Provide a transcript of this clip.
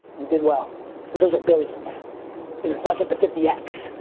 you did well because those are billions. you know it's not just a fifty x.